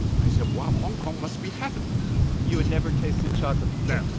i said, wow, hong kong must be heaven you had never tasted chocolate before? no.